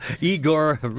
Igor